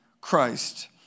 Christ